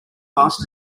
past